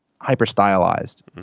hyper-stylized